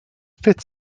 fifth